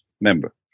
member